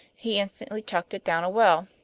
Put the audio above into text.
he instantly chucked it down a well.